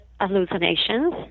hallucinations